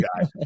guy